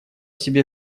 себе